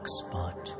spot